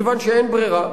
מכיוון שאין ברירה,